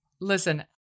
Listen